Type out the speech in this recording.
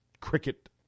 cricket